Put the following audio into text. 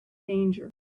danger